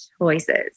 choices